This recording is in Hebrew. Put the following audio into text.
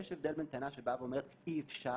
יש הבדל בין טענה שאומרת אי אפשר,